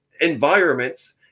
environments